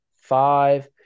five